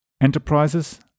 enterprises